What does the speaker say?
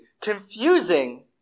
confusing